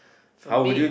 so me